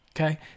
Okay